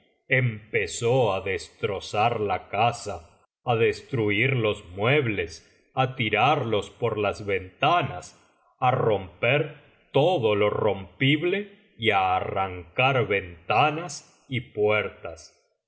empezó á destrocar la casa á destruir los muebles á tirarlos por las ventanas á romper todo lo rompible y a arrancar ventanas y puertas